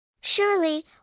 Surely